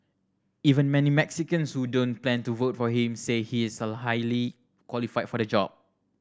even many Mexicans who don't plan to vote for him say he is so highly qualified for the job